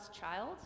child